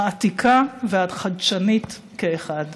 העתיקה והחדשנית כאחת.